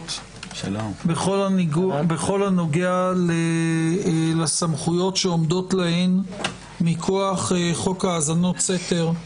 נוספות בכל הנוגע לסמכויות שעומדות להן מכוח חוק האזנות סתר,